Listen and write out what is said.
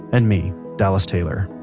and me, dallas taylor.